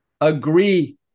agree